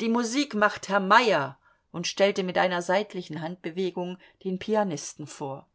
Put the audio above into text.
die musik macht herr meyer und stellte mit einer seitlichen handbewegung den pianisten vor